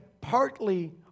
partly